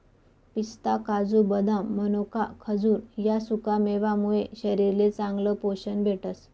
पिस्ता, काजू, बदाम, मनोका, खजूर ह्या सुकामेवा मुये शरीरले चांगलं पोशन भेटस